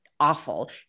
awful